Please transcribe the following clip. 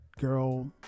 girl